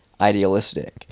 idealistic